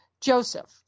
Joseph